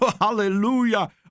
Hallelujah